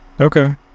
Okay